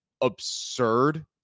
absurd